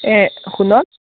এই শুনক